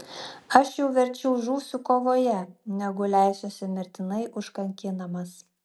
aš jau verčiau žūsiu kovoje negu leisiuosi mirtinai užkankinamas